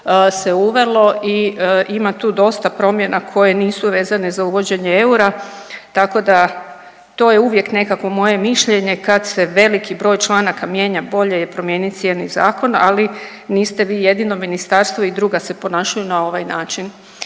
se uvelo i ima tu dosta promjena koje nisu vezane za uvođenje eura, tako da to je uvijek nekako moje mišljenje kad se veliki broj članaka mijenja bolje je promijeniti cijeli zakon. Ali niste vi jedino ministarstvo. I druga se ponašanju na ovaj način.